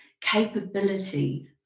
capability